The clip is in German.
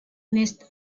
nicht